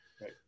right